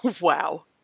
Wow